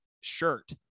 shirt